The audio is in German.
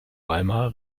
weimarer